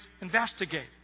investigate